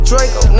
Draco